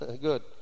Good